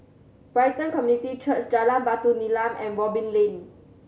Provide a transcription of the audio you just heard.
Brighton Community Church Jalan Batu Nilam and Robin Lane